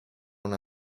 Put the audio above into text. una